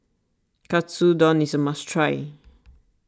Katsudon is a must try